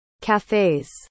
Cafes